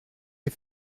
les